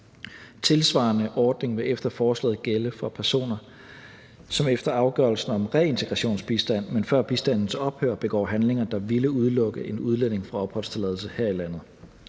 tilsvarende ordning vil efter forslaget gælde for personer, som efter afgørelsen om reintegrationsbistand, men før bistandens ophør, begår handlinger, der ville udelukke en udlænding fra opholdstilladelse her i landet.